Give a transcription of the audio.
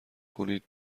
کنید